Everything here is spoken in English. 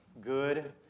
good